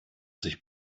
sich